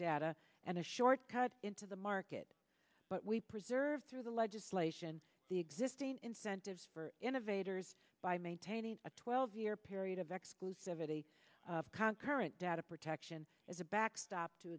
data and a short cut into the market but we preserve through the legislation the existing incentives for innovators by maintaining a twelve year period of exclusivity conquering data protection as a backstop to